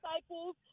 disciples